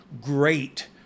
great